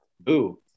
boo